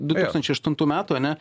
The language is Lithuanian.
du tūkstančiai aštuntų metų ane